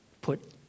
put